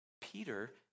Peter